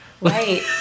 Right